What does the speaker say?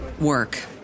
work